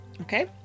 okay